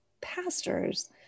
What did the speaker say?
pastors